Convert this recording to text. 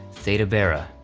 theda bara.